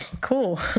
cool